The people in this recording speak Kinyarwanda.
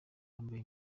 yambaye